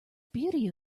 beauty